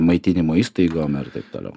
maitinimo įstaigom ir taip toliau